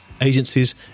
agencies